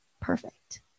perfect